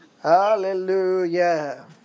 Hallelujah